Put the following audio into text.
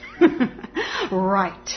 Right